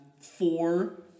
four